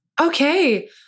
Okay